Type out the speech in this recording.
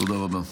תודה רבה.